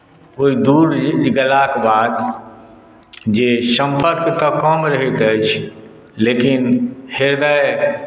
ओहि दूर गेलाके बाद जे सम्पर्क तऽ कम रहैत अछि लेकिन ह्रदय